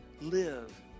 Live